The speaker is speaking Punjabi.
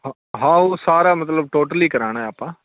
ਹ ਹਾਂ ਉਹ ਸਾਰਾ ਮਤਲਬ ਟੋਟਲੀ ਕਰਾਉਣਾ ਹੈ ਆਪਾਂ